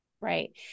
Right